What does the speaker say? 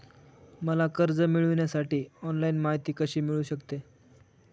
मला कर्ज मिळविण्यासाठी ऑनलाइन माहिती कशी मिळू शकते?